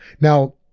Now